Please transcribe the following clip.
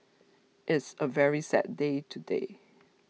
it's a very sad day today